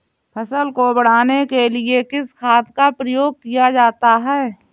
फसल को बढ़ाने के लिए किस खाद का प्रयोग किया जाता है?